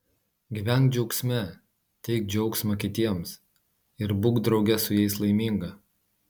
gyvenk džiaugsme teik džiaugsmą kitiems ir būk drauge su jais laiminga